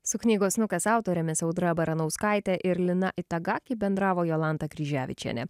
su knygos nukas autorėmis audra baranauskaite ir lina itagaki bendravo jolanta kryževičienė